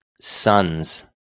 sons